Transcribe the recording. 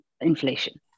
inflation